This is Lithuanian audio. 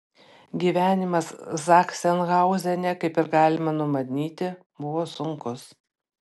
gyvenimas zachsenhauzene kaip ir galima numanyti buvo sunkus